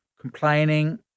complaining